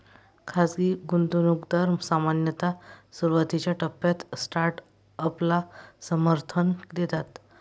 खाजगी गुंतवणूकदार सामान्यतः सुरुवातीच्या टप्प्यात स्टार्टअपला समर्थन देतात